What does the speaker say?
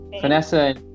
Vanessa